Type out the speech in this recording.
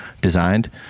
designed